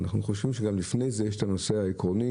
אנחנו חושבים שגם לפני זה יש את הנושא העקרוני,